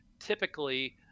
Typically